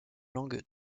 langue